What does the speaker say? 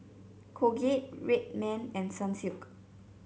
Colgate Red Man and Sunsilk